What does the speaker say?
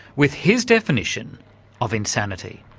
with his definition of insanity.